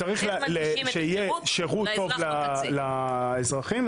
שיהיה שירות טוב לאזרחים.